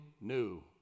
new